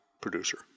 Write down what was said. producer